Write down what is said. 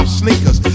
sneakers